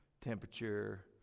temperature